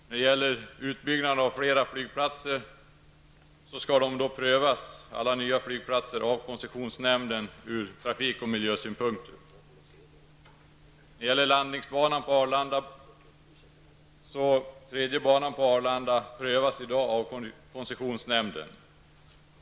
Luftfartsverkets verksamhet Alla förslag om utbyggnader av nya flygplatser skall prövas av koncessionsnämnden ur trafik och miljösynpunkt. Frågan om den tredje banan på Arlanda prövas i dag av koncessionsnämnden.